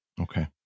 Okay